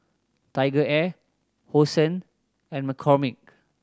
TigerAir Hosen and McCormick